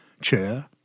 chair